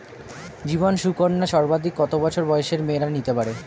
জীবন সুকন্যা সর্বাধিক কত বছর বয়সের মেয়েরা নিতে পারে?